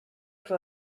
can